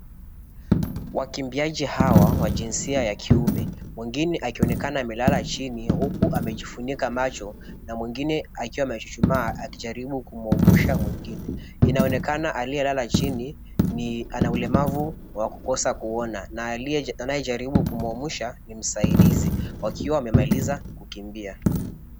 Wakimbiaji hawa wa jinsia ya kiume mwengine akionekana amelala chini huku amejifunika macho na mwingine akiwa amechuchumaa akijaribu kumuamsha mwingine. Inaonekana aliyelala chini ana ulemavu wa kukosa kuona na anayejaribu kumuamsha ni msaidizi wakiwa wamemaliza kukimbia.